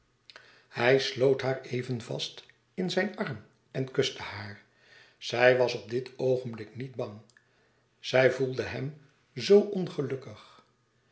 hij sloot haar even vast in zijn arm en kuste haar zij was op dit oogenblik niet bang zij voelde hem zoo ongelukkig